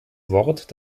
wort